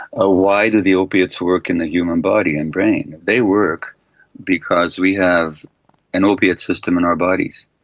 ah why do the opiates work in the human body and brain? they work because we have an opiate system in our bodies,